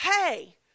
hey